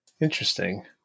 Interesting